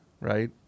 right